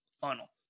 funnel